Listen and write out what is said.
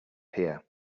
here